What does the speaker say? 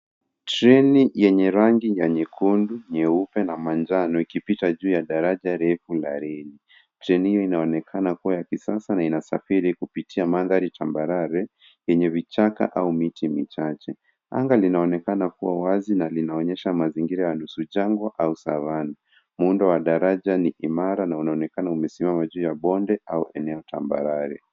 Treni yenye rangi ya nyekundu, nyeupe na manjano ikipita juu ya daraja refu la reni. Treni hiyo inaonekana kuwa ya kisasa na inasafiri kupitia mandhari chambarare yenye vichaka au miti michache. Anga linaonekana kuwa wazi na linaonyesha mazingira ya nusu jango au savana. Muundo wa daraja ni imara na unaonekana umesimama juuya bonde au eneo chambarare.